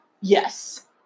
yes